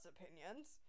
opinions